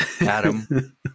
Adam